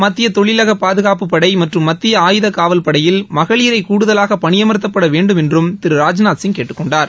மத்திய தொழிலக பாதுகாப்புப் படை மற்றும் மத்திய ஆயுத காவல்படையில் மகளிரை கூடுதலாக பணியமர்த்தப்பட வேண்டும் என்றும் திரு ராஜ்நாத் சிங் கேட்டுக் கொண்டார்